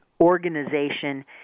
organization